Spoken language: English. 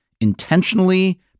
intentionally